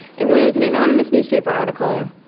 it was an anonymous newspaper article,